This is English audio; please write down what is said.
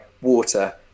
water